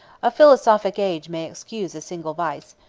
a philosophic age may excuse a single vice,